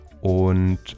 Und